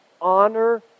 honor